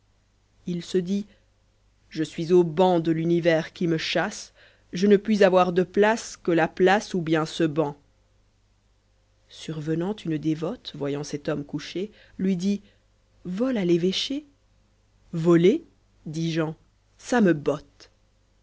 il se dit je suis au bail de l'univers qui me chasse je ne puis avoir de place que la place ou bien ce banc survenant une dévote voyant cet homme couché lui dit vole à l'évêché volerdit jean ça me botte